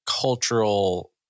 cultural